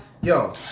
yo